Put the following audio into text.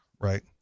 right